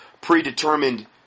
predetermined